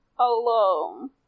Alone